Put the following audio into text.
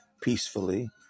peacefully